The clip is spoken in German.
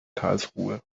karlsruhe